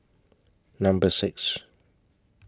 Number six